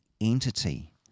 entity